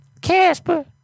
Casper